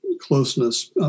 Closeness